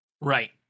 Right